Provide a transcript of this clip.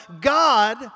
God